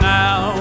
now